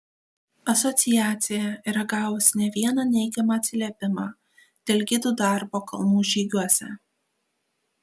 asociacija yra gavusi ne vieną neigiamą atsiliepimą dėl gidų darbo kalnų žygiuose